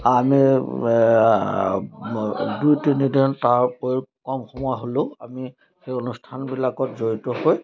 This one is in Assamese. আমি দুই তিনিদিন তাৰ উপৰিও কম সময় হ'লেও আমি সেই অনুষ্ঠানবিলাকত জড়িত হৈ